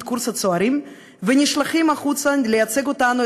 קורס הצוערים ונשלחים החוצה לייצג אותנו,